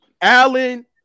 Allen